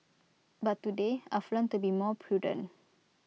but today I've learnt to be more prudent